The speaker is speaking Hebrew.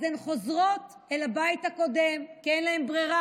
אז הן חוזרות אל הבית הקודם, כי אין להן ברירה,